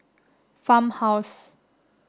farmhouse